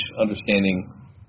understanding